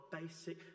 basic